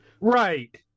right